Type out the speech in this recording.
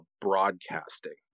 broadcasting